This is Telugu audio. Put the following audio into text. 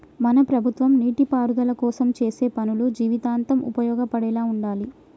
మన ప్రభుత్వం నీటిపారుదల కోసం చేసే పనులు జీవితాంతం ఉపయోగపడేలా ఉండాలి